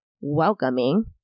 welcoming